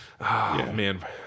man